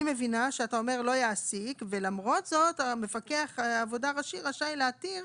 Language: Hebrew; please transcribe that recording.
אני מבינה שאתה אומר: לא יעסיק ולמרות זאת מפקח העבודה הראשי ראשי להתיר